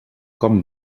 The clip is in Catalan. com